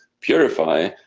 purify